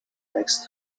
next